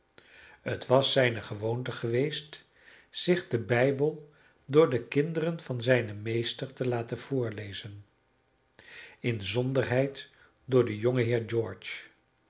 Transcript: het was zijne gewoonte geweest zich den bijbel door de kinderen van zijnen meester te laten voorlezen inzonderheid door den jongeheer